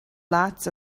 lots